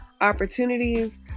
opportunities